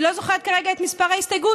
אני לא זוכרת כרגע את מספר ההסתייגות.